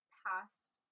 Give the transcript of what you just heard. past